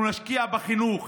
אנחנו נשקיע בחינוך.